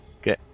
Okay